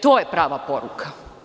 To je prava poruka.